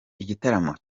igitaramo